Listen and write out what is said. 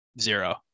zero